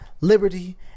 liberty